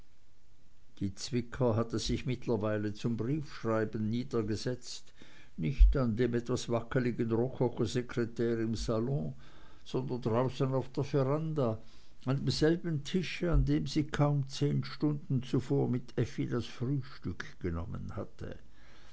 die zwicker hatte sich mittlerweile zum briefschreiben niedergesetzt nicht an dem etwas wackligen rokokosekretär im salon sondern draußen auf der veranda an demselben tisch an dem sie kaum zehn stunden zuvor mit effi das frühstück genommen hatte